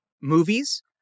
movies